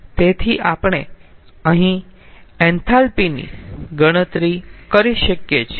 તેથી આપણે અહીં એન્થાલ્પી ની ગણતરી કરી શકીએ છીએ